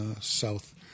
south